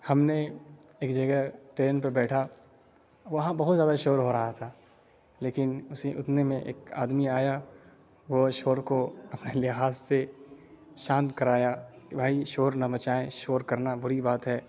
ہم نے ایک جگہ ٹرین پہ بیٹھا وہاں بہت زیادہ شور ہو رہا تھا لیکن اسی اتنے میں ایک آدمی آیا وہ شور کو اپنے لحاظ سے شانت کرایا کہ بھائی شور نہ مچائیں شور کرنا بری بات ہے